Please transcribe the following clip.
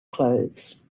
clothes